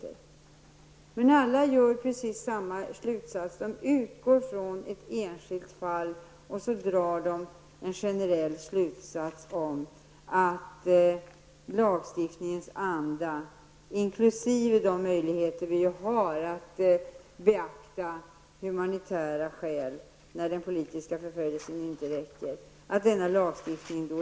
Alla som har detta engagemang utgår, precis som Barbro Westerholm nu gör, från ett enskilt fall och drar den generella slutsatsen att lagstiftningen inte ger möjligheter att för just deras grupp beakta humanitära skäl när politisk förföljelse inte föreligger.